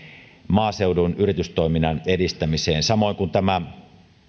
maaseudun yritystoiminnan edistämiseen samoin kuin